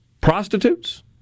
prostitutes